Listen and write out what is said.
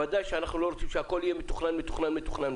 ודאי שאנחנו לא רוצים שהכול יהי מתוכנן, מתוכנן.